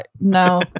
no